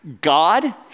God